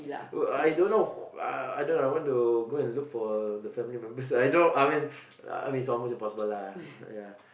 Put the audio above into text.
uh I don't know who uh I don't know I want to go and look for the family members I don't know I mean I mean it's almost impossible lah ya